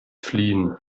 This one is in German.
fliehen